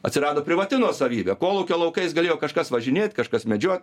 atsirado privati nuosavybė kolūkio laukais galėjo kažkas važinėt kažkas medžiot